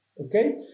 Okay